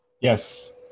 Yes